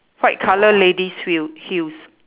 white colour ladies fee~ heels